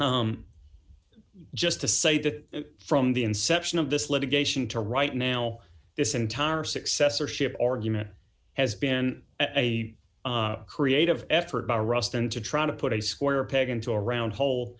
just to say that from the inception of this litigation to right now this entire successorship argument has been a creative effort by ruston to try to put a square peg into a round hole